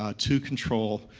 ah to control, ah,